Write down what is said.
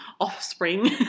offspring